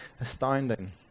astounding